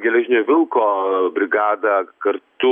geležinio vilko brigada kartu